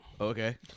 okay